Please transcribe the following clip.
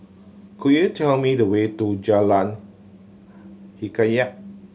could you tell me the way to Jalan Hikayat